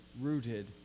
rooted